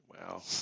Wow